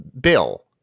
bill